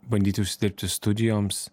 bandyti užsidirbti studijoms